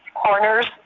Corners